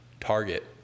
Target